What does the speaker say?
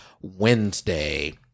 Wednesday